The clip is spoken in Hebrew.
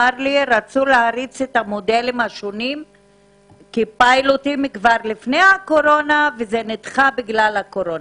רצו להריץ את המודלים השונים כבר לפני הקורונה וזה נדחה בגלל הקורונה.